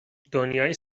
دنیای